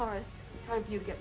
right you get